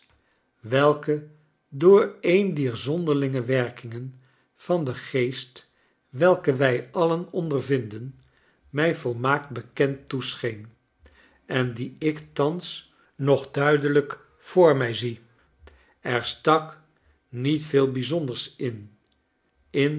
welke door eene dier zonderlinge werkingen van den geest welke wij alien ondervinden my volmaakt bekend toescheen en die ik thans nog duidelijk voor mij zie er stak niet veel bijzonders in in